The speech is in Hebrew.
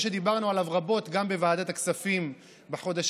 זה נושא שדיברנו עליו רבות גם בוועדת הכספים בחודשים